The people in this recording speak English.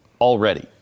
already